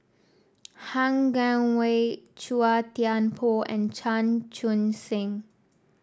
Han Guangwei Chua Thian Poh and Chan Chun Sing